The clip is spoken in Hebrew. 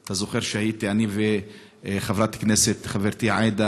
אתה זוכר שהיינו אני וחברתי חברת הכנסת עאידה